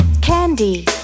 Candy